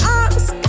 ask